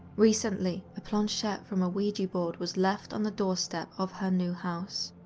recently, a planchette from a ouija board was left on the doorstep of her new house.